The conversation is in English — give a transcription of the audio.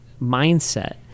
mindset